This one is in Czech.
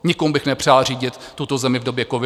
Nikomu bych nepřál řídit tuto zemi v době covidu.